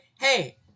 hey